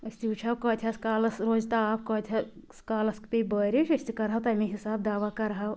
أسۍ تہِ وُچھ ہاو کٲتہِ ہَس کالَس روزِ تاپھ کٲتہِ ہَس کالَس پیٚیہِ بٲرِش أسۍ تہِ کَرہاو تَمے حِسابہٕ دَوا کَرہاو